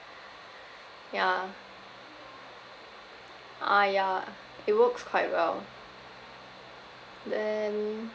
yeah ah ya it works quite well then